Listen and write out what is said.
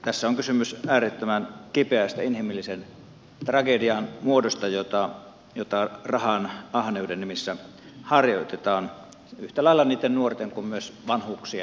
tässä on kysymys äärettömän kipeästä inhimillisen tragedian muodosta jota rahanahneuden nimissä harjoitetaan yhtä lailla niitten nuorten kuin myös vanhuksien